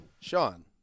Sean